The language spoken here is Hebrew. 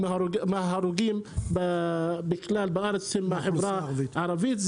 30% מההרוגים בכלל בארץ הם מהחברה הערבית.